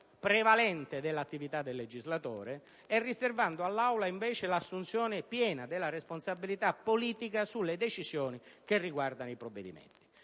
prevalente dell'attività del legislatore, riservando all'Assemblea l'assunzione piena della responsabilità politica sulle decisioni che riguardano i provvedimenti.